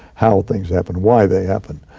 how things happen, why they happen.